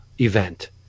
event